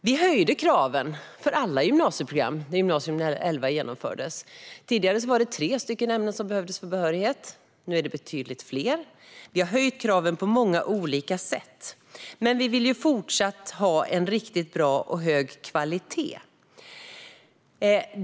Vi höjde kraven för alla gymnasieprogram när Gy 2011 genomfördes. Tidigare var det tre ämnen som behövdes för behörighet. Nu är det betydligt fler. Vi har höjt kraven på många olika sätt. Men vi vill fortsatt ha en riktigt bra och hög kvalitet.